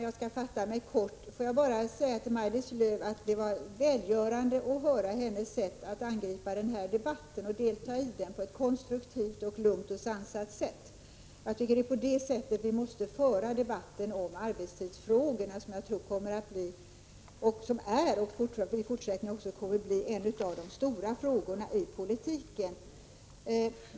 Herr talman! Jag skall fatta mig kort. Det var välgörande att höra Maj-Lis Lööw delta i den här debatten på ett konstruktivt, lugnt och sansat sätt. Det är så vi måste föra debatten om arbetstidsfrågan, som är och kommer att bli en av de stora frågorna i politiken.